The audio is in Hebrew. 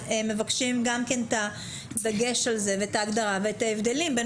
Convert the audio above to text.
מבקשים גם כן את הדגש על זה ואת ההגדרה ואת ההבדלים בין